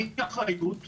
מי ייקח אחריות,